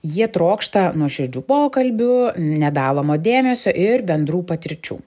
jie trokšta nuoširdžių pokalbių nedalomo dėmesio ir bendrų patirčių